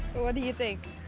what do you think?